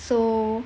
so